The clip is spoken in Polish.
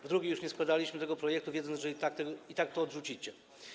W drugiej już nie składaliśmy tego projektu, wiedząc, że i tak to odrzucicie.